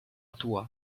tua